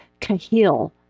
kahil